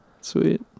Sweet